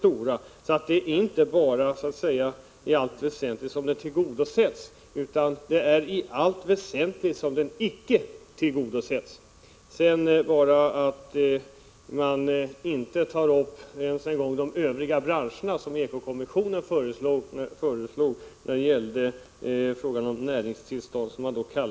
Vår motion har inte i allt väsentligt tillgodosetts, utan den har i allt väsentligt icke tillgodosetts. Man tar inte ens upp de övriga branscherna, som eko-kommissionen föreslog, vad gäller näringstillstånd, som det då hette.